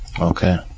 Okay